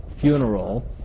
funeral